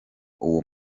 uwo